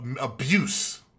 Abuse